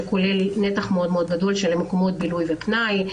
שכולל נתח מאוד גדול של מקומות בילוי ופנאי,